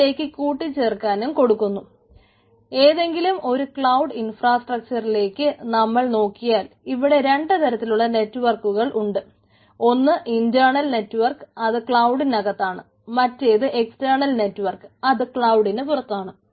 അതും ക്ലൌഡിന് പുറത്താണ്